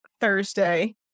Thursday